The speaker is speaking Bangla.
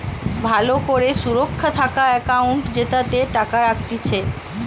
ভালো করে সুরক্ষা থাকা একাউন্ট জেতাতে টাকা রাখতিছে